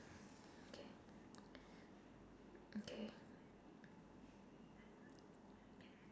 okay okay